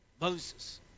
Moses